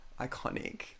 iconic